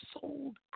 sold